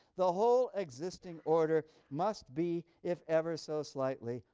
the whole existing order must be, if ever so slightly,